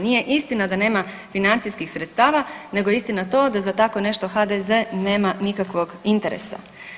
Nije istina da nema financijskih sredstava, nego je istina to da za tako nešto HDZ-e nema nikakvog interesa.